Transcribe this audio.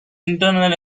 internal